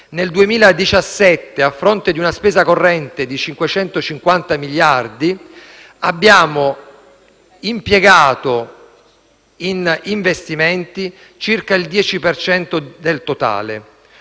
Nel 2017, a fronte di una spesa corrente di 550 miliardi di euro, abbiamo impiegato in investimenti circa il 10 per cento